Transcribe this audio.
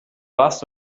warst